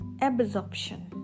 absorption